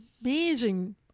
amazing